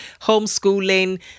homeschooling